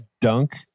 dunk